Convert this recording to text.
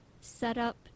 setup